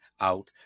out